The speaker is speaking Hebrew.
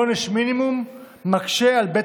מבחינתם: עונש מינימום מקשה על בית